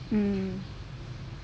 mmhmm